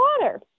water